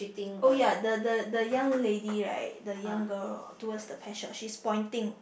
oh ya the the the young lady right the young girl towards the pet shop she is pointing